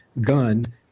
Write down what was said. gun